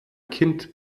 kind